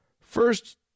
first